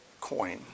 coin